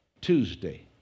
Tuesday